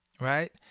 right